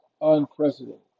unprecedented